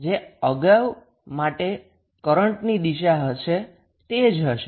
જે અગાઉ માટે કરન્ટની દિશા હશે તે જ હશે